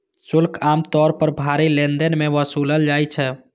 शुल्क आम तौर पर भारी लेनदेन मे वसूलल जाइ छै